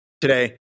today